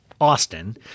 Austin